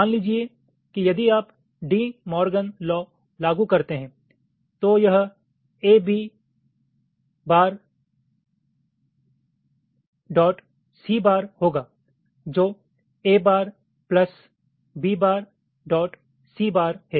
मान लीजिए कि यदि आप डी मोर्गन लॉ लागू करते हैं तो यह ab c होगा जो a' b'c' है